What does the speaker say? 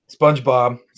Spongebob